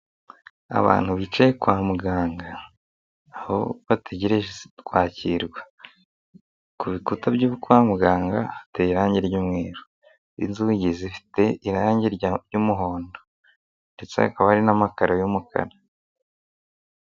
Abantu bicaye kwa muganga aho bategereje kwakirwa, ku bikuta byo kwa muganga hateye irangi ry'umweru, inzugi zifite irangi ry'umuhondo ndetse hakaba hari n'amakaro y'umukara.